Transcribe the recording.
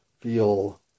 feel